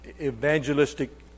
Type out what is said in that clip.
evangelistic